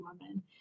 women